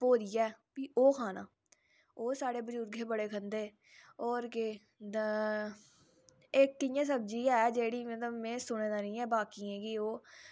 जि'यां चाही आह्ले भांडे फराइबीन बगैरा होई गे एह् बी चाहिदे होंदे रसोई दे बिच्च जि'यां कप्प होई गे ते छोटे बड्डे कप्प एह् सारे मिक्स चाहिदे होंदे